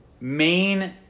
main